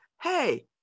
hey